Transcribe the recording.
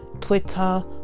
Twitter